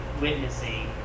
witnessing